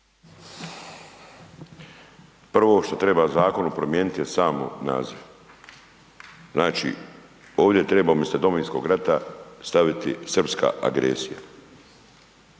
Prvo što treba u zakonu promijenit je samo naziv. Znači, ovdje treba umjesto Domovinskog rata staviti srpska agresija